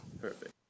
Perfect